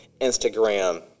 Instagram